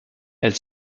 elle